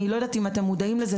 אני לא יודעת אם אתם מודעים לזה,